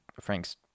frank's